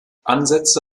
ansätze